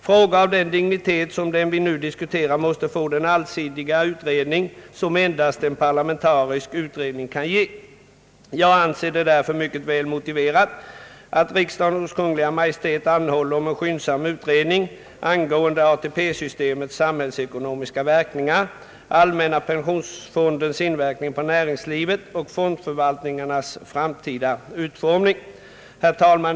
Frågor av den dignitet som vi nu diskuterar måste få den allsidiga utredning som endast en parlamentarisk utredning kan ge. Jag anser det därför mycket väl motiverat att riksdagen hos Kungl. Maj:t anhåller om en skyndsam utredning angående ATP-systemets samhällsekonomiska verkningar, allmänna pensionsfondens inverkan på näringslivet och fondförvaltningarnas framtida utformning. Herr talman!